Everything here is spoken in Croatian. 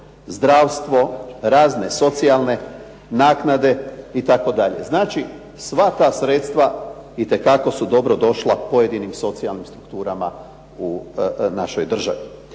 zdravstvo, razne socijalne naknade itd. Znači sva ta sredstva itekako su dobrodošla pojedinim socijalnim strukturama u našoj državi.